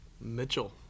Mitchell